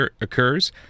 occurs